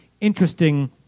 interesting